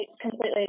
completely